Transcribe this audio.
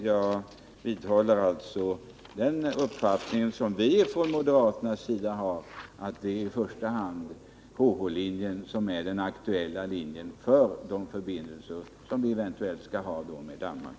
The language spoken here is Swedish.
Jag vidhåller alltså den uppfattning som vi från moderaternas sida har intagit, att det i första hand är HH-linjen som är aktuell för de förbindelser som vi eventuellt skall ha med Danmark.